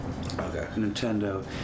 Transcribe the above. Nintendo